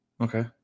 Okay